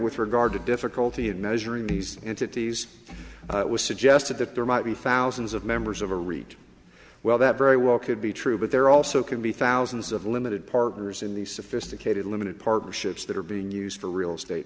with regard to difficulty in measuring these entities it was suggested that there might be thousands of members of a reach well that very well could be true but there also could be thousands of limited partners in these sophisticated limited partnerships that are being used for real estate